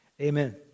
Amen